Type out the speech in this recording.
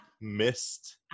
missed